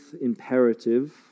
imperative